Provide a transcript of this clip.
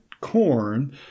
corn